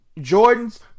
Jordan's